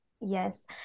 Yes